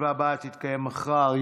הישיבה הבאה תתקיים מחר,